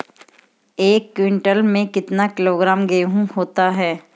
एक क्विंटल में कितना किलोग्राम गेहूँ होता है?